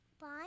Bye